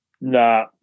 Nah